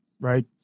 Right